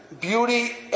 Beauty